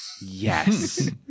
Yes